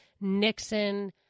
Nixon